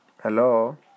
Hello